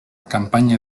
campaña